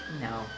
No